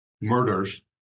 murders